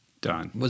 done